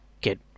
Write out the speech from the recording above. get